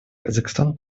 казахстан